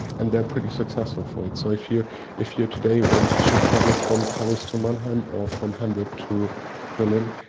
and they're pretty successful for it. so if you if you today want to travel from paris to mannheim, or from hamburg to berlin,